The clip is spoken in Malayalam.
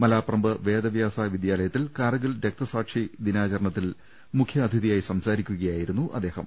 മലാപ്പറമ്പ് വേദവ്യാസ വിദ്യാലയത്തിൽ കാർ ഗിൽ രക്തസാക്ഷിദിനാചരണത്തിൽ മുഖ്യാതിഥിയായി സംസാരിക്കുകയായിരുന്നു അ ദ്ദേഹം